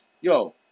Yo